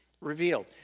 revealed